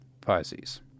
Pisces